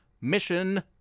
mission